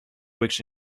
which